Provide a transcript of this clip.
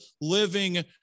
living